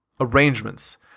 arrangements